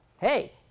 hey